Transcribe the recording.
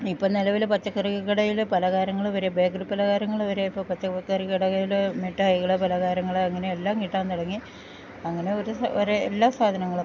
ഇപ്പം നിലവിൽ പച്ചക്കറി കടയിൽ പലഹാരങ്ങൾ വരെ ബേക്കറി പലഹാരങ്ങൾ വരെ ഇപ്പ പച്ചക്കറി കടയിൽ മിട്ടായികൾ പലഹാരങ്ങൾ അങ്ങനെയെല്ലാം കിട്ടാൻ തുടങ്ങി അങ്ങനെ ഒര്സ ഒരേ എല്ലാ സാധനങ്ങളും